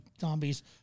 zombies